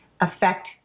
affect